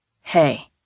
Hey